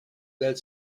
that